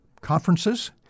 conferences